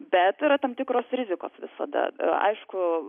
bet yra tam tikros rizikos visada aišku